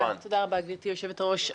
תודה רבה, גברתי יושבת הראש.